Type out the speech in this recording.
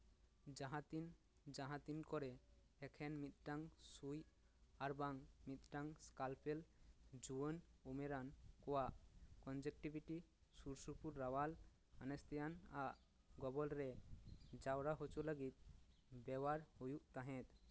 ᱡᱟᱦᱟᱸ ᱛᱤᱱ ᱡᱟᱦᱟᱸ ᱛᱤᱱ ᱠᱚᱨᱮᱫ ᱮᱠᱷᱮᱱ ᱢᱤᱫᱴᱟᱱ ᱥᱩᱭ ᱟᱨ ᱵᱟᱝ ᱢᱤᱫᱴᱟᱱ ᱠᱟᱞᱯᱮᱱ ᱡᱩᱣᱟᱹᱱ ᱩᱢᱮᱨᱟᱱ ᱠᱚᱣᱟᱜ ᱠᱚᱱᱡᱟᱠᱴᱤᱵᱷᱤᱴᱤ ᱥᱩᱨ ᱥᱩᱯᱩᱨ ᱨᱟᱣᱟᱞ ᱟᱱᱮᱥᱛᱷᱤᱭᱟᱱ ᱟᱜ ᱜᱚᱵᱚᱞ ᱨᱮ ᱡᱟᱣᱨᱟ ᱦᱚᱪᱚ ᱞᱟᱹᱜᱤᱫ ᱵᱮᱣᱦᱟᱨ ᱦᱩᱭᱩᱜ ᱛᱟᱦᱮᱸᱫ